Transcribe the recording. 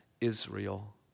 Israel